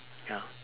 ya